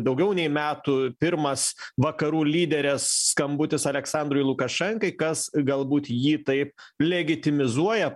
daugiau nei metų pirmas vakarų lyderės skambutis aleksandrui lukašenkai kas galbūt jį taip legitimizuoja